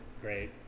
great